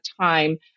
time